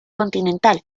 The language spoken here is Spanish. continental